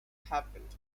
happened